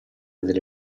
delle